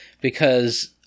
because-